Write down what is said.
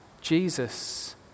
Jesus